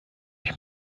ich